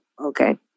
okay